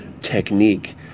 Technique